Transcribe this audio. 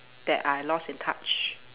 that I lost in touch